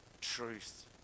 truth